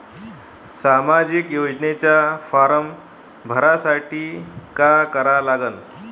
सामाजिक योजनेचा फारम भरासाठी का करा लागन?